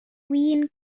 win